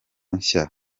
nshya